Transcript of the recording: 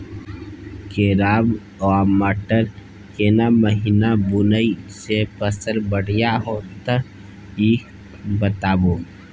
केराव आ मटर केना महिना बुनय से फसल बढ़िया होत ई बताबू?